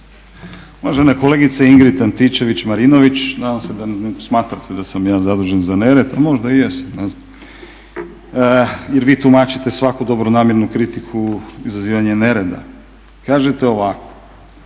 Uvažena kolegice Ingrid Antičević-Marinović nadam se da ne smatrate da sam ja zadužen za nered, a možda i jesam ne znam, jer vi tumačite svaku dobronamjernu kritiku izazivanje nereda. Kažete ovako,